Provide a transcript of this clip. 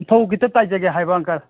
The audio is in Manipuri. ꯐꯧ ꯈꯤꯇ ꯇꯥꯏꯖꯒꯦ ꯍꯥꯏꯕ ꯑꯪꯀꯜ